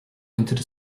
entered